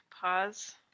pause